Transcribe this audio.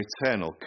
eternal